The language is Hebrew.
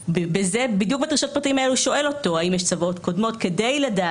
תקנה 14(ב) נועדה בדיוק למקרים האלה שבהם רק אדם